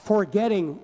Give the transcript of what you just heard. Forgetting